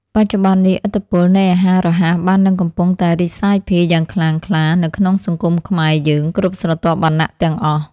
បច្ចុប្បន្ននេះឥទ្ធិពលនៃអាហាររហ័សបាននឹងកំពុងតែរីកសាយភាយយ៉ាងខ្លាំងក្លានៅក្នុងសង្គមខ្មែរយើងគ្រប់ស្រទាប់វណ្ណៈទាំងអស់។